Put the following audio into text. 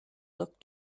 look